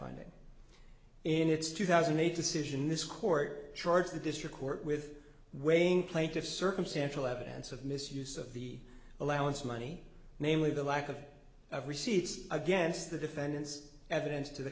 in its two thousand a decision this court charged the district court with weighing plaintiff's circumstantial evidence of misuse of the allowance money namely the lack of of receipts against the defendant's evidence to the